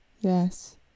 Yes